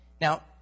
Now